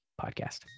podcast